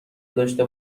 داشته